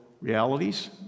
realities